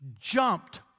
jumped